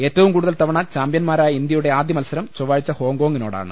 ഏറ്റവും കൂടുതൽ തവണ ചാമ്പ്യൻമാരായ ഇന്ത്യയുടെ ആദ്യ മത്സരം ചൊവ്വാഴ്ച ഹോങ്കോങ്ങിനോടാണ്